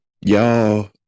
y'all